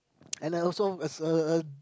and I also as a a